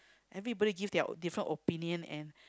maybe everybody give their different opinion and